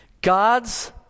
God's